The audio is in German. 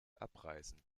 abreißen